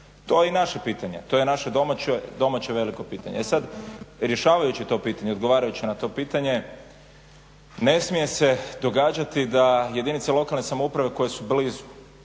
To je i naše pitanje, to je naše domaće veliko pitanje. E sad, rješavajući to pitanje i odgovarajući na to pitanje ne smije se događati da jedinice lokalne samouprave koje su blizu,